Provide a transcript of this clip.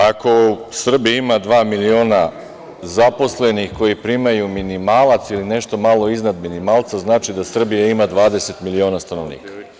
Ako u Srbiji ima dva miliona zaposlenih koji primaju minimalac ili nešto malo iznad minimalca, znači da Srbija ima 20 miliona stanovnika.